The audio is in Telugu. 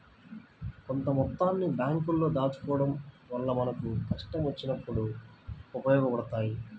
కొంత మొత్తాన్ని బ్యేంకుల్లో దాచుకోడం వల్ల మనకు కష్టం వచ్చినప్పుడు ఉపయోగపడతయ్యి